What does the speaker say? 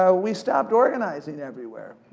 ah we stopped organizing everywhere.